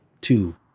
two